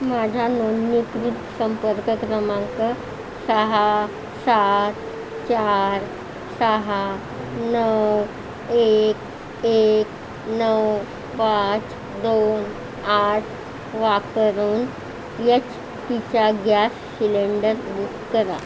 माझा नोंदणीकृत संपर्क क्रमांक सहा सात चार सहा नऊ एक एक नऊ पाच दोन आठ वापरून एच पीचा गॅस सिलेंडर बुक करा